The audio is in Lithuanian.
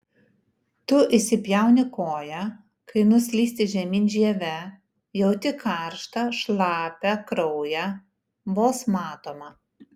tu įsipjauni koją kai nuslysti žemyn žieve jauti karštą šlapią kraują vos matomą